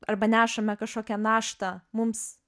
arba nešame kažkokią naštą mums